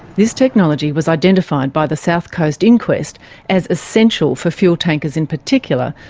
this technology was identified by the south coast inquest as essential for fuel tankers in particular,